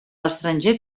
estranger